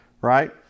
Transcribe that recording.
right